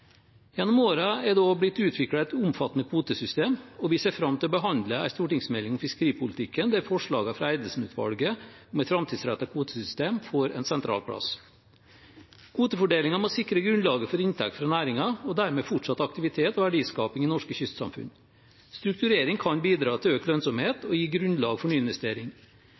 Gjennom årene er det også blitt utviklet et omfattende kvotesystem, og vi ser fram til å behandle en stortingsmelding om fiskeripolitikken der forslagene fra Eidesen-utvalget om et framtidsrettet kvotesystem får en sentral plass. Kvotefordelingen må sikre grunnlaget for inntekt fra næringen og dermed fortsatt aktivitet og verdiskaping i norske kystsamfunn. Strukturering kan bidra til økt lønnsomhet og gi grunnlag for nyinvestering.